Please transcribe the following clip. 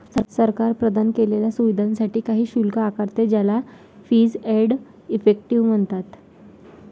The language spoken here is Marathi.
सरकार प्रदान केलेल्या सुविधांसाठी काही शुल्क आकारते, ज्याला फीस एंड इफेक्टिव म्हणतात